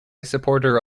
supporter